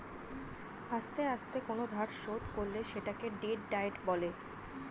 আস্তে আস্তে কোন ধার শোধ করলে সেটাকে ডেট ডায়েট বলে